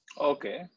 Okay